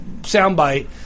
soundbite